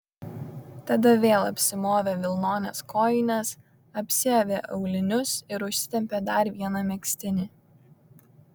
tada vėl apsimovė vilnones kojines apsiavė aulinius ir užsitempė dar vieną megztinį